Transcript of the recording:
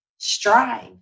Strive